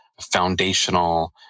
foundational